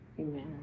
Amen